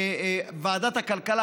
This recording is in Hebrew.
ועדת הכלכלה,